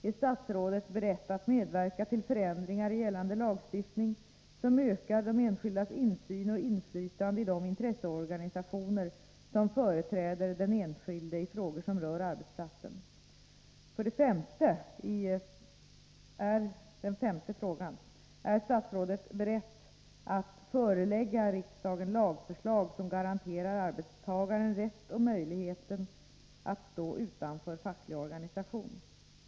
Är statsrådet beredd att medverka till förändringar i gällande lagstiftning som ökar de enskildas insyn och inflytande i de intresseorganisationer som företräder den enskilde i frågor som rör arbetsplatsen? 5. Är statsrådet beredd att förelägga riksdagen lagförslag som garanterar arbetstagaren rätten och möjligheten att stå utanför facklig organisation?